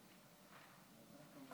אדוני